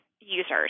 users